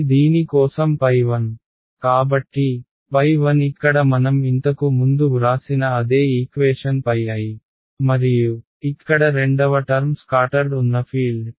ఇది దీని కోసం 1 కాబట్టి 1 ఇక్కడ మనం ఇంతకు ముందు వ్రాసిన అదే ఈక్వేషన్ i మరియు ఇక్కడ రెండవ టర్మ్ స్కాటర్డ్ ఉన్న ఫీల్డ్